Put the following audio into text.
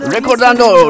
Recordando